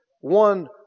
one